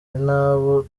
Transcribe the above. nabo